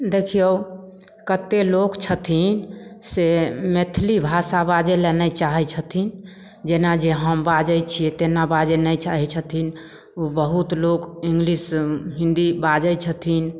देखियौ कते लोक छथिन से मैथिली भाषा बाजय लए नहि चाहय छथिन जेना जे हम बाजय छियै तेना बाजय नहि चाहय छथिन ओ बहुत लोक इंग्लिश हिन्दी बाजय छथिन